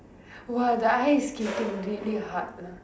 !wah! the ice skating really hard lah